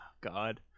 God